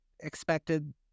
expected